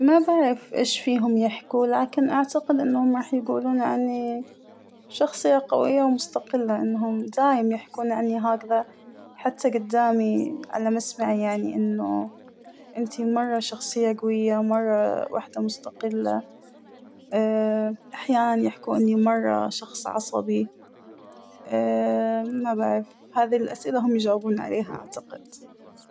ما بعرف اش فيهم يحكوا ، لكن أعتقد إنهم راح يقولون عنى شخصية قوية ومستقلة إنهم دايم يحكون عنى هكذا حتى قدامى على مسمعى يعنى إنه إنتى مرة شخصية قوية مرة وحدة مستقلة ، اا أحيانا يحكوا إنى مرة شخص عصبى ، ما بعرف هذى الأسئلة هم يجاوبونى عليها أعتقد.